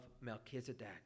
Melchizedek